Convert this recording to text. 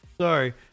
Sorry